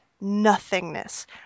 nothingness